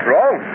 Wrong